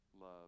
love